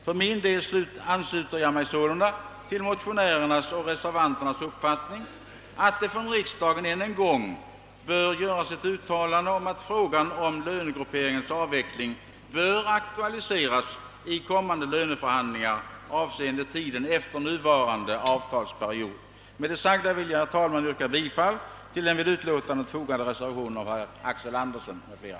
För min del ansluter jag mig sålunda till motionärernas och reservanternas uppfattning att riksdagen än en gång skall göra ett uttalande om att frågan om lönegrupperingens avveckling bör aktualiseras i kommande löneförhandlingar, avseende tiden efter nuvarande avtalsperiod. Med det sagda vill jag, herr talman, yrka bifall till den vid utlåtandet fogade reservationen 1 av herr Axel Andersson m.fl.